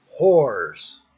Whores